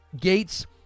gates